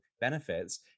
benefits